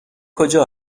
کجا